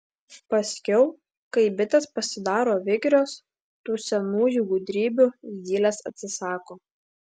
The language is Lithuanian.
paskiau kai bitės pasidaro vikrios tų senųjų gudrybių zylės atsisako